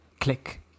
click